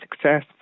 success